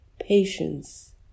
patience